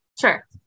sure